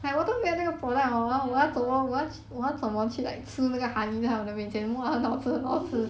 ya live stream then you go and sell your product